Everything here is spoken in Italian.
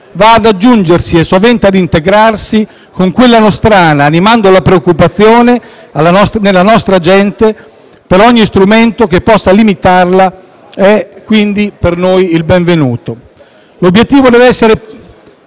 va ad aggiungersi e sovente ad integrarsi con quella nostrana, animando la preoccupazione della nostra gente; pertanto, ogni strumento che possa limitarla è per noi il benvenuto. L'obiettivo deve essere